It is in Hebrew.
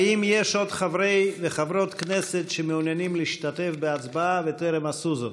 האם יש עוד חברי וחברות כנסת שמעוניינים להשתתף בהצבעה וטרם עשו זאת?